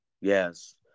Yes